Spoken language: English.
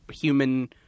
human